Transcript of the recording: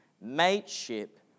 mateship